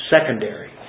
secondary